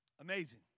Amazing